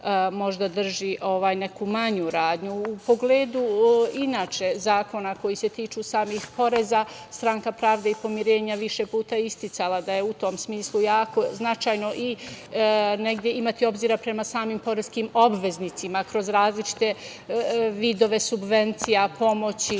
možda drži neku manju radnju.U pogledu, inače, zakona koji se tiču samih poreza, stranka Pravde i pomirenja više puta je isticala da je u tom smislu jako značajno i negde imati obzira prema samim poreskim obveznicima kroz različite vidove subvencija, pomoći,